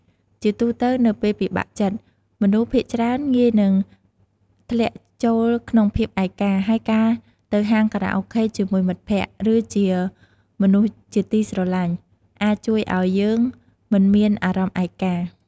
ជាទូទៅនៅពេលពិបាកចិត្ត មនុស្សភាគច្រើនងាយនឹងធ្លាក់ចូលក្នុងភាពឯកា ហើយការទៅហាងខារ៉ាអូខេជាមួយមិត្តភក្តិ ឬជាមនុស្សជាទីស្រឡាញ់ អាចជួយឲ្យយើងមិនមានអារម្មណ៍ឯកា។